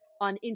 on